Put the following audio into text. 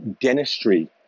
dentistry